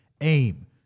aim